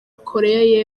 koreya